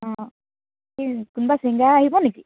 অ' কি কোনোবা ছিংগাৰ আহিব নেকি